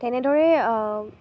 তেনেদৰে